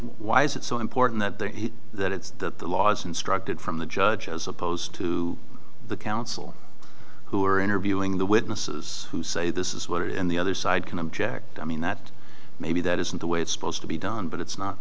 why is it so important that it's that the laws instructed from the judge as opposed to the counsel who are interviewing the witnesses who say this is what it is and the other side can object i mean that maybe that isn't the way it's supposed to be done but it's not